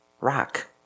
rock